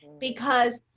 because